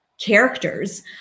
characters